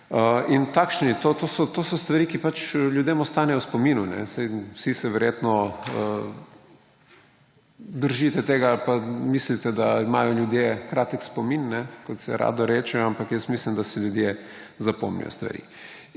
In to so stvari, ki pač ljudem ostanejo v spominu. Vsi se verjetno držite tega ali pa mislite, da imajo ljudje kratek spomin, kot se rado reče, ampak jaz mislim, da si ljudje zapomnijo stvari.